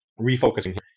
refocusing